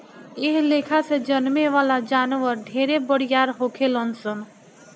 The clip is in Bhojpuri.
एह लेखा से जन्में वाला जानवर ढेरे बरियार होखेलन सन